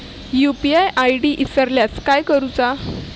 UPI ID इसरल्यास काय करुचा?